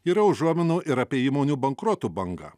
yra užuominų ir apie įmonių bankrotų bangą